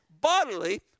bodily